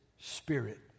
spirit